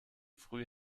früh